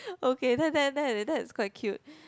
okay that that that that that is quite cute